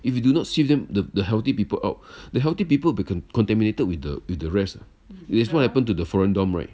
if you do not sieve them the healthy people out the healthy people will become contaminated with the with the rest of uh which is what happened to the foreign dorm~ right